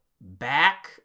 back